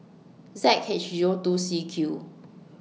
Z H Zero two C Q